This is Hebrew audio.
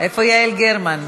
איפה יעל גרמן?